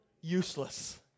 useless